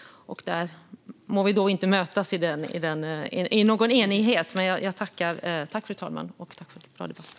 Vi må inte mötas i någon enighet om detta, men jag tackar fru talman och ledamoten för en bra debatt.